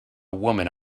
woman